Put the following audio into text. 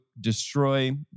destroy